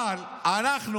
אבל אנחנו,